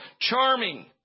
charming